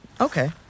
Okay